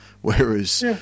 Whereas